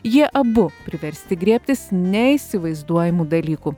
jie abu priversti griebtis neįsivaizduojamų dalykų